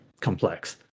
complex